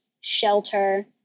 shelter